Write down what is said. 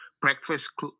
breakfast